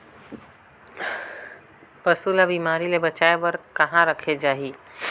पशु ला बिमारी ले बचाय बार कहा रखे चाही?